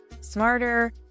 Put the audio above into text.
smarter